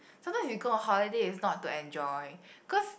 sometime we go a holiday is not to enjoy cause